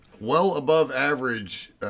well-above-average